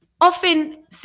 often